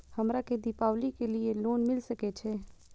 हमरा के दीपावली के लीऐ लोन मिल सके छे?